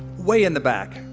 way in the back,